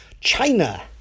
China